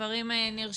הדברים נרשמו.